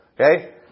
okay